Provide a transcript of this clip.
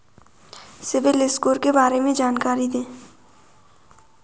CIBIL score के बारे में जानकारी दें?